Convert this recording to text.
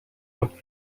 mod